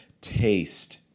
taste